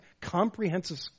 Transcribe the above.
comprehensive